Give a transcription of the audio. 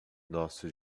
nosso